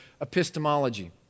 epistemology